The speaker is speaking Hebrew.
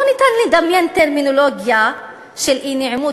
לא ניתן לדמיין טרמינולוגיה של אי-נעימות